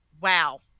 Wow